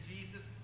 Jesus